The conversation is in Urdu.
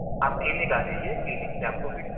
آپ کلینک آ جائیے کلینک پہ آپ کو پھر